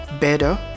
better